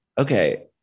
Okay